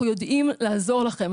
אנחנו יודעים לעזור לכם.